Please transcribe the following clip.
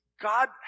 God